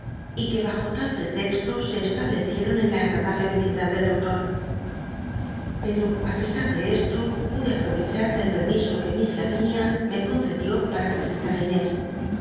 y que bajo tal lll'etexlo se establecieron en la clji'adable r ecindad del doctor pero r pesar de esto pude aprorcchar del permiso que miss larinia me concedió para prc en